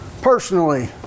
personally